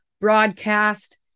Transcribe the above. broadcast